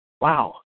Wow